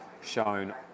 shown